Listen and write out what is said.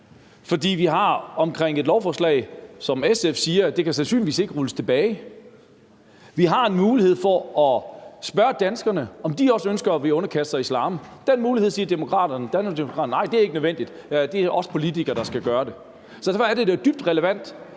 For vi har et lovforslag, som SF siger sandsynligvis ikke kan rulles tilbage. Vi har en mulighed for at spørge danskerne, om de også ønsker at blive underkastet islam. Til den mulighed siger Danmarksdemokraterne: Nej, det er ikke nødvendigt; det er os politikere, der skal gøre det. Det er dybt relevant,